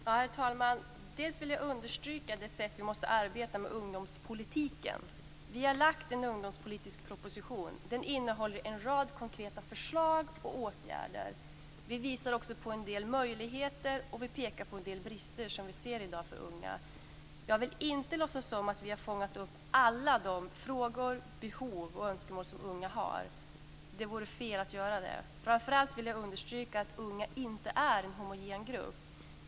Herr talman! Jag vill understryka det sätt på vilket vi måste arbeta med ungdomspolitiken. Vi har ju lagt fram en ungdomspolitisk proposition. Den innehåller en rad konkreta förslag till åtgärder. Vi visar också på en del möjligheter och pekar på en del brister som vi i dag ser för unga. Jag vill inte låtsas som att vi har fångat upp alla de frågor, behov och önskemål som unga har. Det vore fel. Framför allt vill jag understryka att unga inte är en homogen grupp.